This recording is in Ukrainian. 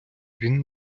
він